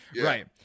Right